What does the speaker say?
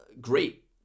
great